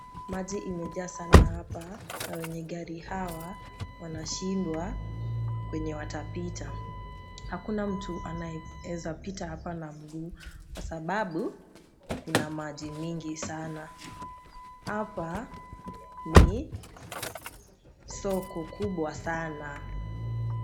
Maji imejaa sana hapa na wenye gari hawa wanashindwa kwenye watapita. Hakuna mtu anayeweza pita hapa na mguu kwa sababu kuna maji mingi sana. Hapa ni soko kubwa sana.